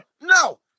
no